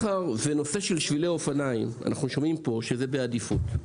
בנושא של שבילי אופניים אנחנו שומעים פה שזה בעדיפות.